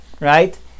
right